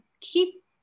Keep